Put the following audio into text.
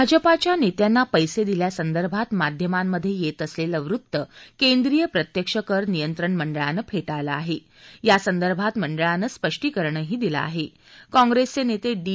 भाजपाच्या नस्यांना पैसडिल्यासंदर्भात माध्यमांमध्य डिल्टअसलस्तवृत्त केंद्रीय प्रत्यक्ष कर नियंत्रण मंडळानं फी ळलं आह आसंदर्भात मंडळानं स्पष्टीकरणही दिलं आह केंद्रस्तानिताडी